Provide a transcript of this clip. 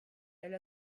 elle